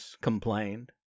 complained